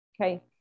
Okay